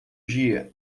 dia